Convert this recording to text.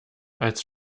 als